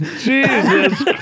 Jesus